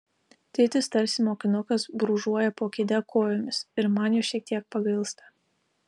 tėtis tarsi mokinukas brūžuoja po kėde kojomis ir man jo šiek tiek pagailsta